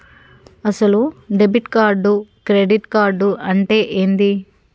అసలు debit card credit card అంటే ఏంది?